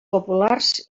populars